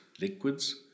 liquids